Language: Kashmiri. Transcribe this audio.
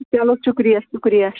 چلو شُکریہ شُکریہ